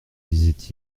disait